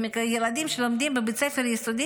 הם ילדים שלומדים בבית ספר יסודי,